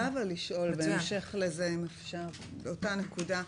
בהמשך לאותה נקודה,